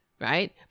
Right